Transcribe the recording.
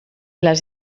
les